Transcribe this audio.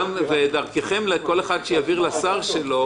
דרככם, כל אחד שיעביר לשר שלו